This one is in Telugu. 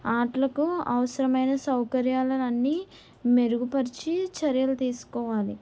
ఆటలకు అవసరమైన సౌకర్యాలు అన్ని మెరుగుపరిచి చర్యలు తీసుకోవాలి